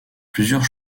plusieurs